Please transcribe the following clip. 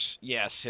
yes